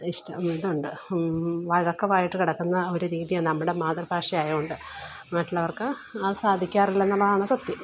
ഇഷ്ടം ഇതുണ്ട് വഴക്കവായിട്ട് കിടക്കുന്ന ഒര് രീതിയാണ് നമ്മുടെ മാതൃഭാഷ ആയതുകൊണ്ട് മറ്റുള്ളവർക്ക് അത് സാധിക്കാറില്ല എന്നുള്ളതാണ് സത്യം